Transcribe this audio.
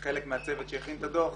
שהייתה חלק מהצוות שהכין את הדוח,